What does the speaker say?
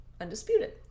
Undisputed